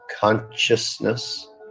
consciousness